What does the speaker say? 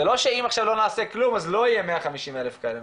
זה לא שאם עכשיו לא נעשה כלום אז לא יהיו 150,000 כאלה,